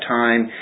time